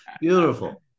Beautiful